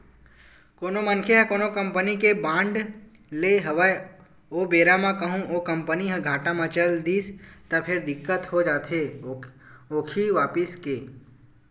कोनो मनखे ह कोनो कंपनी के बांड लेय हवय ओ बेरा म कहूँ ओ कंपनी ह घाटा म चल दिस त फेर दिक्कत हो जाथे ओखी वापसी के